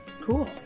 Cool